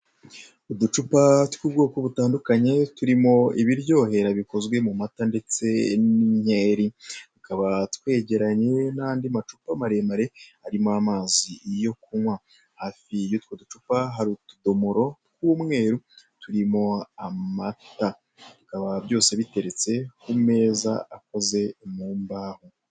Uducupa tw'ubwoko butandukanye turimo ibiryoherera bikozwe mu mata ndetse n'inyeri tukaba twegeranye n'andi amcupa maremare arimo amazi yo kunkwa. Hafi y'utwo ducupa hari utudomoro tw'umweru turimo amata bikaba byose biteretse ku meza akoze mu mbaho.